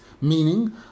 Meaning